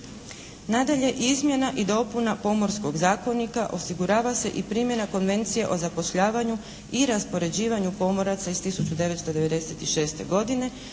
Nadalje. Izmjena i dopuna Pomorskog zakonika osigurava se i primjena Konvencije o zapošljavanju i raspoređivanju pomoraca iz 1996. godine